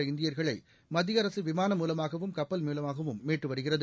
சிக்கியுள்ள இந்தியர்களை மத்திய அரசு விமானம் மூலமாகவும் கப்பல் மூலமாகவும் மீட்டு வருகிறது